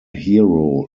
hero